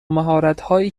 مهارتهایی